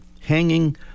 Hanging